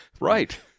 Right